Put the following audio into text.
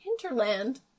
hinterland